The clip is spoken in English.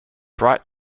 bright